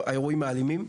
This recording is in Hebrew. באירועים האלימים.